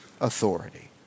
authority